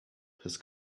his